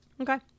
Okay